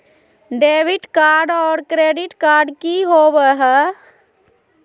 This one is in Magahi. डेबिट कार्ड और क्रेडिट कार्ड की होवे हय?